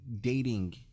dating